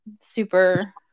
super